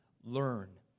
learn